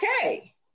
okay